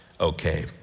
okay